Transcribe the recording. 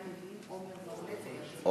עמר לא פה?